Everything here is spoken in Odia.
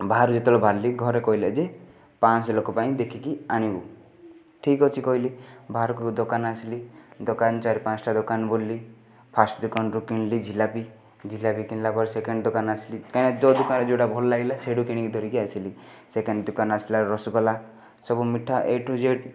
ବାହାରକୁ ଯେତେବେଳେ ବାହାରିଲି ଘରେ କହିଲେ ଯେ ପାଞ୍ଚଶହ ଲୋକ ପାଇଁ ଦେଖିକି ଆଣିବୁ ଠିକ୍ ଅଛି କହିଲି ବାହାରକୁ ଦୋକାନ ଆସିଲି ଦୋକାନ ଚାରି ପାଞ୍ଚଟା ଦୋକାନ ବୁଲିଲି ଫାଷ୍ଟ୍ ଦୋକାନରୁ କିଣିଲି ଜିଲାପି ଜିଲାପି କିଣିଲା ପରେ ସେକେଣ୍ଡ୍ ଦୋକାନ ଆସିଲି କାହିଁକିନା ଯେଉଁ ଦୋକାନରେ ଯେଉଁଟା ଭଲ ଲାଗିଲା ସେଇଠୁ କିଣିକି ଧରିକି ଆସିଲି ସେକେଣ୍ଡ ଦୋକାନ ଆସିଲା ରସଗୋଲା ସବୁ ମିଠା ଏ ଠୁ ଜେଡ଼୍